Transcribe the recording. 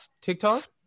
TikTok